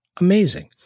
Amazing